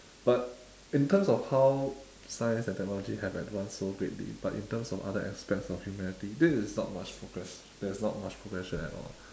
but in terms of how science and technology have advanced so greatly but in terms of other aspects of humanity this is not much progress there is not much progression at all